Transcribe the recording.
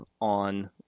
on